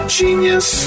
genius